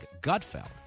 Gutfeld